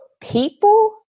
people